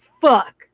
fuck